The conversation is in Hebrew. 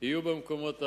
יהיו במקומות הללו.